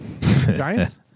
Giants